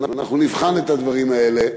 ואנחנו נבחן את הדברים האלה,